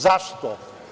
Zašto?